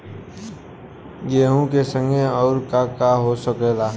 गेहूँ के संगे अउर का का हो सकेला?